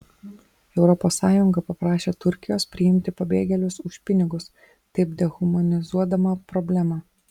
europos sąjunga paprašė turkijos priimti pabėgėlius už pinigus taip dehumanizuodama problemą